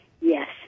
Yes